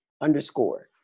underscore